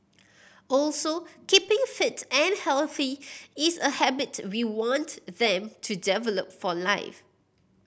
also keeping fit and healthy is a habit we want them to develop for life